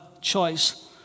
choice